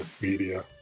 media